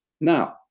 Now